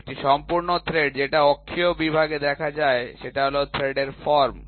একটি সম্পূর্ণ থ্রেড যেটা অক্ষীয় বিভাগে দেখা যায় সেটা হলো থ্রেডের ফর্ম